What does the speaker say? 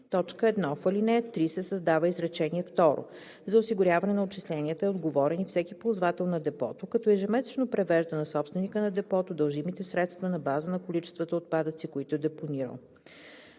1. В ал. 3 се създава изречение второ: „За осигуряване на отчисленията е отговорен и всеки ползвател на депото, като ежемесечно превежда на собственика на депото дължимите средства на база на количествата отпадъци, които е депонирал.